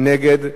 מי נגד?